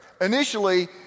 Initially